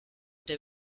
der